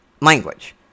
language